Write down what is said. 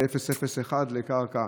זה 0.01 לקרקע.